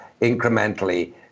incrementally